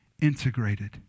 integrated